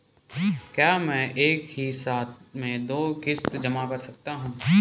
क्या मैं एक ही साथ में दो किश्त जमा कर सकता हूँ?